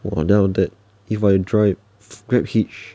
!wah! then after that if I drive GrabHitch